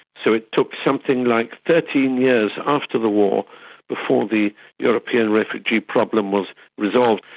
so it took something like thirteen years after the war before the european refugee problem was resolved.